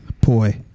boy